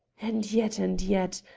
and yet, and yet!